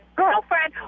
girlfriend